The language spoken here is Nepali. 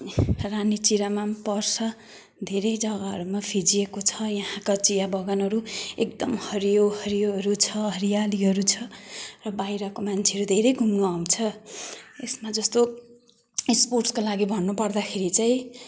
रानी चिरामाम पर्छ धेरै जग्गाहरूमा फिँजिएको छ यहाँका चियाबगानहरू एकदम हरियो हरियोहरू छ हरियालीहरू छ र बाहिरको मान्छेहरू धेरै घुम्नु आउँछ यसमा जस्तो स्पोर्टसका लागि भन्नुपर्दाखेरि चाहिँ